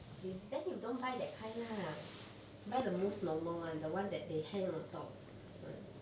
is then you don't buy that kind lah buy the most normal one the one that they hang on top one